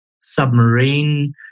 submarine